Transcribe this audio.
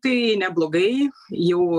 tai neblogai jau